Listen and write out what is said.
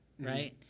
right